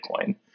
Bitcoin